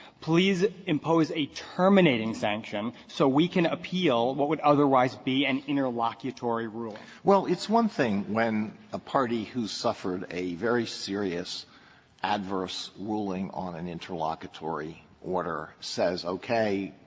please impose a terminating sanction so we can appeal what would otherwise be an interlocutory ruling. alito well, it's one thing when a party who suffered a very serious adverse ruling on an interlocutory order says okay,